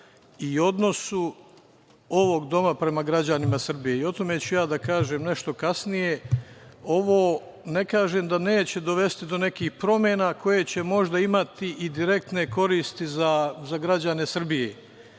i odnosu ovog doma prema građanima Srbije. O tome ću ja da kažem nešto kasnije. Ovo ne kažem da neće dovesti do nekih promena koje će možda imati i direktne koristi za građane Srbije.